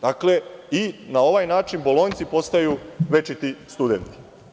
Dakle, i na ovaj način bolonjci postaju večiti studenti.